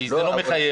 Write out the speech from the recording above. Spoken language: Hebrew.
כי זה לא מחייב.